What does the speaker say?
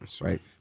right